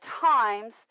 times